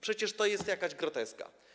Przecież to jest jakaś groteska.